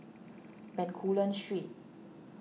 Bencoolen Street